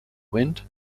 wind